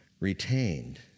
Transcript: retained